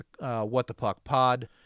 whatthepuckpod